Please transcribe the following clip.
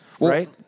right